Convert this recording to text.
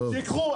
שייקחו,